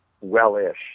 well-ish